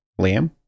Liam